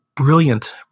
Brilliant